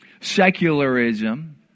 Secularism